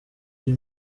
ari